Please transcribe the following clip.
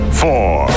four